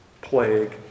plague